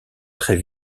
très